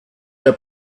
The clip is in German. der